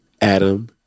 adam